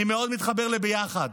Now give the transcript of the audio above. אני מאוד מתחבר ל"ביחד".